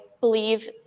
believe